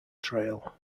trail